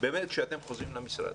שכשאתם חוזרים למשרד